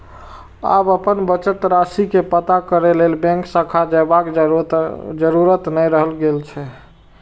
आब अपन बचत राशि के पता करै लेल बैंक शाखा जयबाक जरूरत नै रहि गेल छै